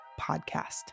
podcast